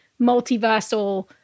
multiversal